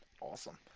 awesome